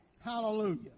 Hallelujah